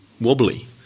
wobbly